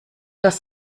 das